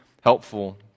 helpful